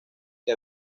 que